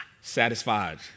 satisfied